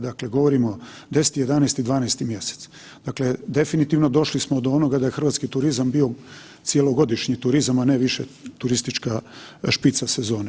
Dakle, govorimo 10., 11. i 12. mjesec, dakle definitivno došli smo do onoga da je hrvatski turizam bio cjelogodišnji turizam, a ne više turistička špica sezone.